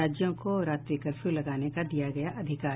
राज्यों को रात्रि कर्फ्यू लगाने का दिया गया अधिकार